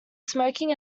smoking